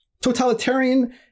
Totalitarian